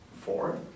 four